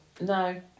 No